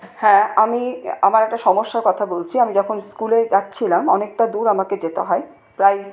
হ্যাঁ আমি আমার একটা সমস্যার কথা বলছি আমি যখন স্কুলে যাচ্ছিলাম অনেকটা দূর আমাকে যেতে হয় প্রায়